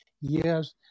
yes